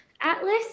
Atlas